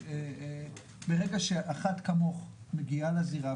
ברגע שאחת כמוך מגיעה לזירה,